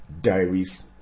Diaries